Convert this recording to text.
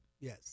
Yes